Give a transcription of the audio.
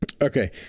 Okay